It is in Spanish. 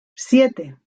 siete